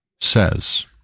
says